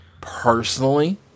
personally